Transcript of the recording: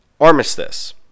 Armistice